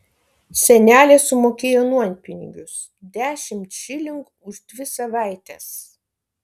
senelė sumokėjo nuompinigius dešimt šilingų už dvi savaites